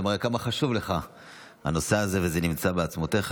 זה מראה כמה חשוב לך הנושא הזה וזה נמצא בעצמותיך.